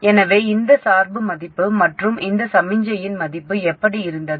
எனவே இந்த சார்பு மதிப்பு மற்றும் இந்த சமிக்ஞையின் மதிப்பு எப்படி இருந்தது